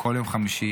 כל יום חמישי,